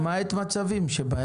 למעט מצבים.